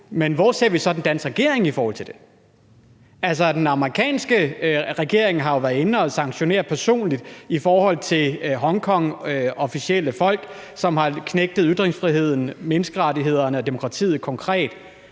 men hvor ser vi så den danske regering i forhold til det? Altså, den amerikanske regering har jo været inde at sanktionere personligt i forhold til Hongkong, hvor officielle folk har knægtet ytringsfriheden, menneskerettighederne og demokratiet konkret.